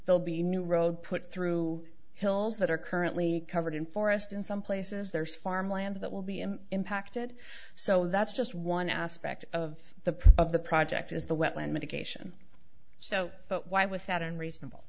they'll be new road put through hills that are currently covered in forest in some places there is farmland that will be impacted so that's just one aspect of the of the project is the wetland medication so but why was that unreasonable